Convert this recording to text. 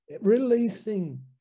Releasing